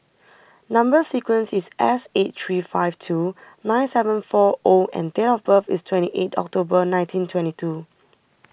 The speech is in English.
Number Sequence is S eight three five two nine seven four O and date of birth is twenty eight October nineteen twenty two